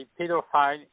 pedophile